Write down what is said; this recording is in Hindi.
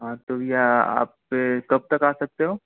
हाँ तो भैया कब तक आ सकते हो